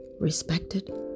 respected